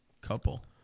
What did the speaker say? couple